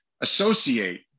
associate